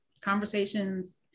conversations